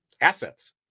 assets